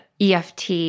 EFT